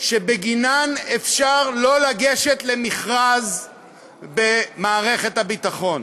שבגינן אפשר לא לגשת למכרז במערכת הביטחון,